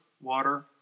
water